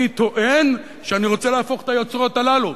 אני טוען שאני רוצה להפוך את היוצרות הללו,